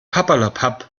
papperlapapp